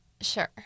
Sure